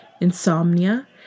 insomnia